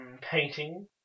Painting